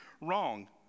wrong